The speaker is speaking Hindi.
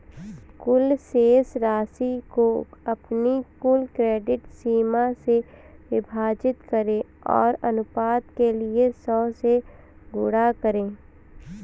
कुल शेष राशि को अपनी कुल क्रेडिट सीमा से विभाजित करें और अनुपात के लिए सौ से गुणा करें